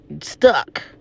stuck